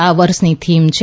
આ વર્ષની થીમ છે